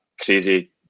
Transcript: crazy